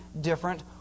different